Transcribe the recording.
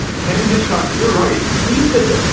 ken hitchcock, you're right. he's the,